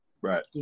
Right